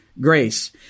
grace